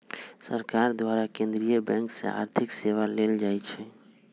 सरकार द्वारा केंद्रीय बैंक से आर्थिक सेवा लेल जाइ छइ